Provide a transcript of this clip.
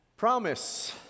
Promise